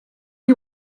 you